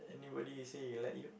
anybody say they like you